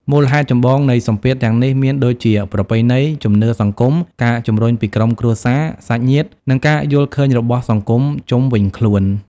មូលហេតុចម្បងនៃសម្ពាធទាំងនេះមានដូចជា ប្រពៃណី ជំនឿសង្គម ការជំរុញពីក្រុមគ្រួសារ សាច់ញាតិ ការយល់ឃើញរបស់សង្គមជុំវិញខ្លួន ។